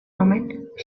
moment